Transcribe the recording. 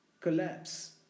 collapse